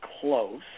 close